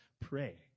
pray